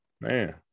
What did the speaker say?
Man